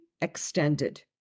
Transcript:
extended